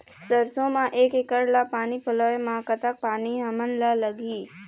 सरसों म एक एकड़ ला पानी पलोए म कतक पानी हमन ला लगही?